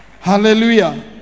Hallelujah